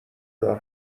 دار